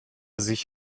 sich